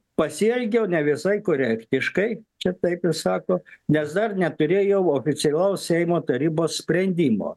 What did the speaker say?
pasielgiau ne visai korektiškai čia taip jis sako nes dar neturėjau oficialaus seimo tarybos sprendimo